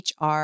HR